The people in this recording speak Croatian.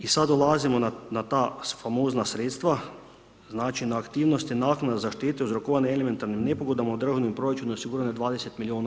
I sad dolazimo na ta famozna sredstva, znači na aktivnosti naknade za štetu uzrokovane elementarnim nepogodama u državnom proračunu osigurane 20 milijuna.